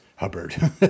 Hubbard